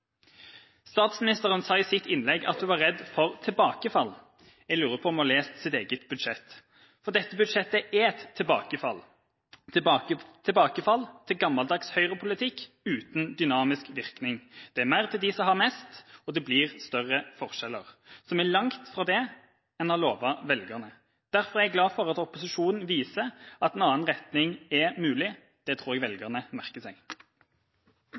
Statsministeren sa i sitt innlegg at hun var redd for tilbakefall – jeg lurer på om hun har lest sitt eget budsjett. For dette budsjettet er et tilbakefall – tilbakefall til gammeldags høyrepolitikk uten dynamisk virkning. Det er mer til dem som har mest, og det blir større forskjeller. Så vi er langt fra det en har lovet velgerne. Derfor er jeg glad for at opposisjonen viser at en annen retning er mulig. Det tror jeg velgerne merker seg.